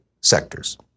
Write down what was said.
sectors